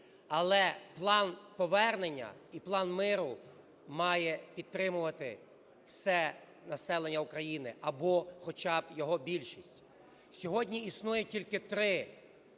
Але план повернення і план миру має підтримувати все населення України, або хоча б його більшість. Сьогодні існує тільки три